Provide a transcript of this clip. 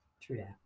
True